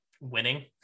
winning